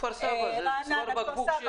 כפר-סבא צוואר בקבוק.